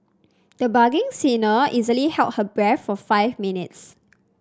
the budding singer easily held her breath for five minutes